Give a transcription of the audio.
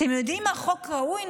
אתם יודעים מה, חוק ראוי?